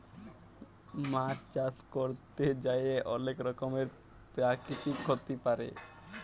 মাছ চাষ ক্যরতে যাঁয়ে অলেক রকমের পেরাকিতিক ক্ষতি পারে